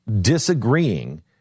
disagreeing